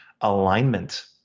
alignment